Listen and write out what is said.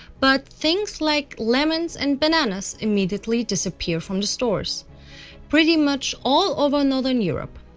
but things like lemons and bananas immediately disappear from the stores pretty much all over northern europe.